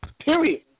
Period